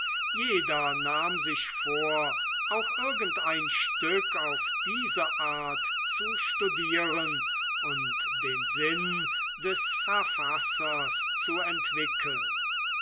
jeder nahm sich vor auch irgendein stück auf diese art zu studieren und den sinn des verfassers zu entwickeln